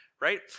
right